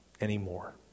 anymore